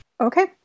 Okay